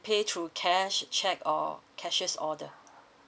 pay through cash cheque or cashier's order